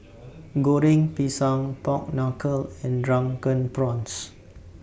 Goreng Pisang Pork Knuckle and Drunken Prawns